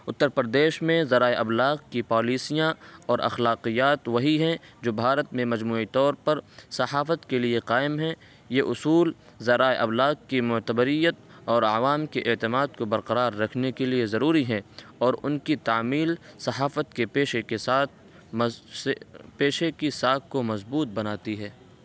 اتر پردیش میں ذرائع ابلاغ کی پالیسیاں اور اخلاقیات وہی ہیں جو بھارت میں مجموعی طور پر صحافت کے لیے قائم ہیں یہ اصول ذرائع ابلاغ کی معتبریت اور عوام کے اعتماد کو برقرار رکھنے کے لیے ضروری ہیں اور ان کی تعمیل صحافت کے پیشے کے ساتھ پیشے کی ساکھ کو مضبوط بناتی ہے